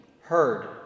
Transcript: heard